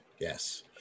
Yes